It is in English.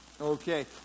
Okay